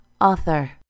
author